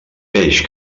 peix